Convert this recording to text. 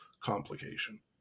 complication